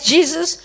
Jesus